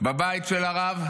בבית של הרב,